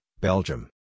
Belgium